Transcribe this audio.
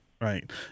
right